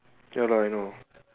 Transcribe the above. ya lah I know